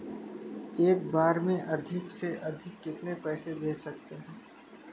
एक बार में अधिक से अधिक कितने पैसे भेज सकते हैं?